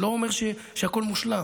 אני לא אומר שהכול מושלם,